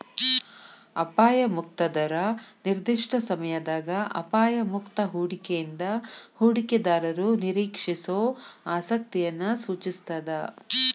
ಅಪಾಯ ಮುಕ್ತ ದರ ನಿರ್ದಿಷ್ಟ ಸಮಯದಾಗ ಅಪಾಯ ಮುಕ್ತ ಹೂಡಿಕೆಯಿಂದ ಹೂಡಿಕೆದಾರರು ನಿರೇಕ್ಷಿಸೋ ಆಸಕ್ತಿಯನ್ನ ಸೂಚಿಸ್ತಾದ